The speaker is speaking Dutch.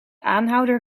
aanhouder